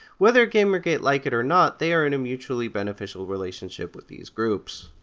whether gamergaters like it or not, they are in a mutually beneficial relationship with these groups.